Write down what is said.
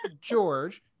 George